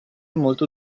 molto